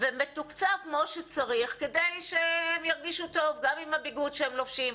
טוב ומתוקצב כמו שצריך כדי שהם ירגישו טוב גם עם הביגוד שהם לובשים,